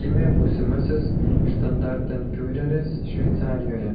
gimė būsimasis štandartenfiureris šveicarijoje